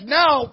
now